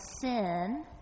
sin